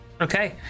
okay